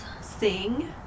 Sing